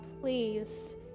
please